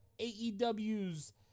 AEW's